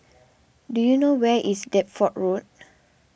do you know where is Deptford Road